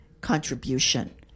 contribution